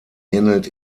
ähnelt